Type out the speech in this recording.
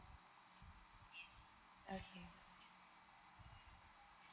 okay